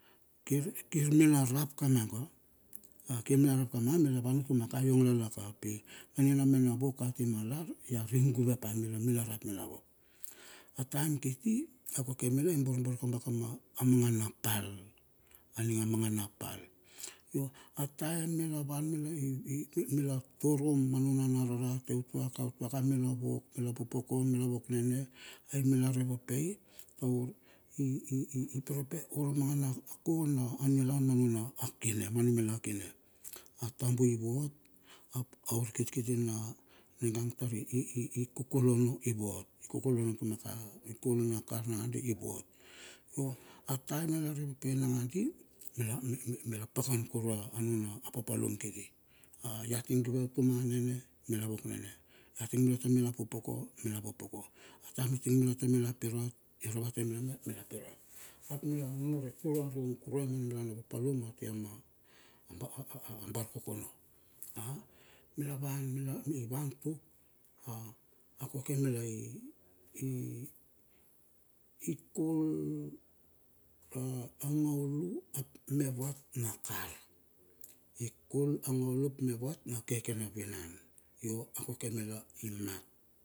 Kir kir mila rap kamanga, a kir mila rap kamaga mila wan tumaka yong lalaka. Pi me na wok kati ma lar yare guguve pa mila rap mila wok. A time kiti a kokoe mila i borbor kabaka ma mangana pal, a ning a mangana pal. Ho a time mila wan mila e mila torom ma nuna na rarate tuaku tuaku mena wok, mila popoko, mila wok nene. Ayi mila repopei i i iperepope ura mang gana ko na a niluah ma. nuna kine ma numila kine a tambu vot ap a utkitikiti na niga ang tar ii kukul ono i vot. I kukul ono kukul. i kul na kar nangadi vot. Yo a time na nagandi mila mila pakan kurue a nuna apapalum kiti. A ya ting guve pa mila utuma vila wok nene, mila wok nene. ya ting guve pa mila popoka milar popoko, a time ya ting mila tar mila pirat ya ravate mila pirat. Hap mila mur kurue a nuna kurue anuna na papulum atia ma a a bar kokono ya mila wan mila wan tuk a koke mila i i i kul a ngaulu ap me vat na kar. I kul a ngaulu ap me vat na keke na vtnan, yo akoke mila i mat.